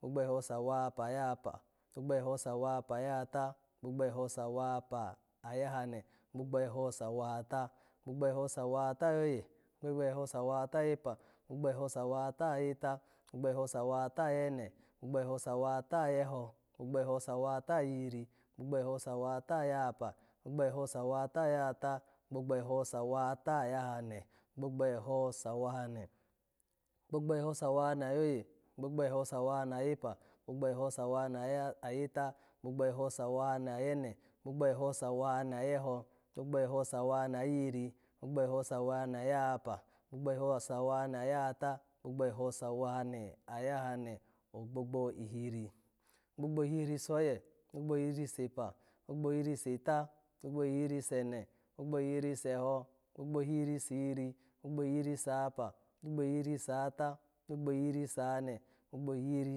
Gbogbo eho sawahapa ayahapa, gbogbo eho sawahapa ayahata, gbogbo eho sawahapa ayahane, gbogbo eho sawahata, gbogbo eho sawahata ayoye, gbogbo eho sawahata ayepa, gbogbo eho sawahata ayeta, gbogbo eho sawahata ayene, gbogbo eho sawahata ayeho, gbogbo eho sawahata ayihiri, gbogbo eho sawahata ayahapa, gbogbo eho sawahata ayahata, gbogbo eho sawahata ayahane, gbogbo eho sawahare, gbogbo eho sawahare ayoye, gbogbo eho sawahare ayepa, gbogbo eho sawahare ayeta, gbogbo eho sawahare ayene, gbogbo eho sawahare ayeho, gbogbo eho sawahare ayihiri, gbogbo eho sawahare ayahapa, gbogbo eho sawahare ayahata, gbogbo eho sawahare ayahane, ogbogbo ihiri, ogbogbo ihiri soye, ogbogbo ihiri sepa, ogbogbo ihiri seta, ogbogbo ihiri sene, ogbogbo ihiri seho, ogbogbo ihiri sihiri, ogbogbo ihiri sahapa, ogbogbo ihiri sahata, ogbogbo ihiri sahane, ogbogbo ihiri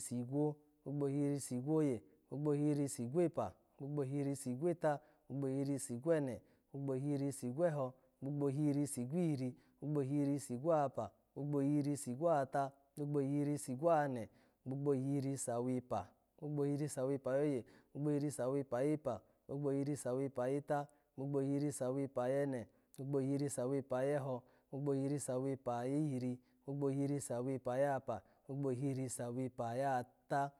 sigwo, ogbogbo ihiri sigwoye, ogbogbo ihiri sigwepa, ogbogbo ihiri sigweta, ogbogbo ihiri sigwene, ogbogbo ihiri sigweha, ogbogbo ihiri sigwihiri, ogbogbo ihiri sigwahapa, ogbogbo ihiri sigwahata, ogbogbo ihiri sigwahane, ogbogbo ihiri sawepa, ogbogbo ihiri sawepa ayoye, ogbogbo ihiri sawepa ayeta, ogbogbo ihiri sawepa ayene, ogbogbo ihiri sawepa ayeho, ogbogbo ihiri sawepa ayihiri, ogbogbo ihiri sawepa ayahapa, ogbogbo ihiri sawepa ayahata